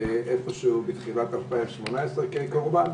בתחילת 2018 כקורבן.